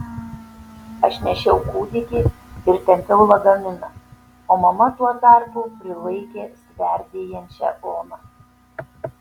aš nešiau kūdikį ir tempiau lagaminą o mama tuo tarpu prilaikė sverdėjančią oną